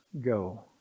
go